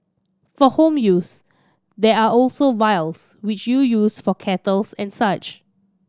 for home use there are also vials which you use for kettles and such